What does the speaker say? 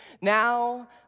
now